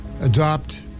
adopt